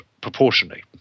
proportionally